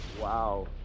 Wow